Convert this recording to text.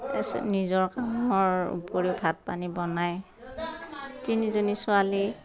তাৰ পিছত নিজৰ কামৰ উপৰিও ভাত পানী বনাই তিনিজনী ছোৱালী